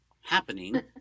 happening